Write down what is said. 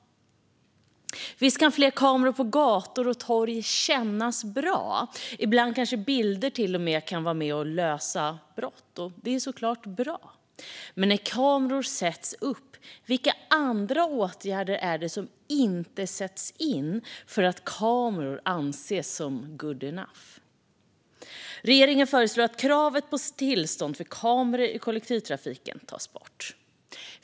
Visst kan fler kameror på gator och torg kännas bra. Ibland kanske bilder till och med kan vara med och lösa brott, och det är såklart bra. Men när kameror sätts upp, vilka andra åtgärder är det som inte sätts in för att kameror anses som "good enough"? Regeringen föreslår att kravet på tillstånd för kameror i kollektivtrafiken tas bort.